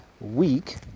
week